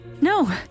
No